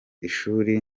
ishuri